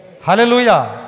Hallelujah